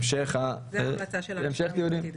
זו ההמלצה של הלשכה המשפטית.